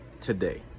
today